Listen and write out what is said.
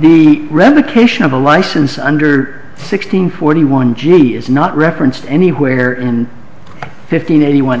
the revocation of a license under sixteen forty one g is not referenced anywhere in fifteen eighty one